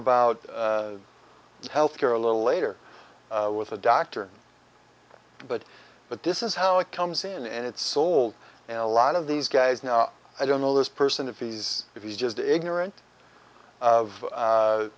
about health care a little later with a doctor but but this is how it comes in and it's sold a lot of these guys now i don't know this person if he's if he's just ignorant of